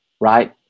Right